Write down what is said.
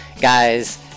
guy's